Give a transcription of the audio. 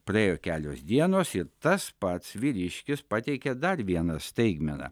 praėjo kelios dienos ir tas pats vyriškis pateikė dar vieną staigmeną